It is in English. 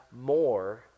more